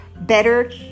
better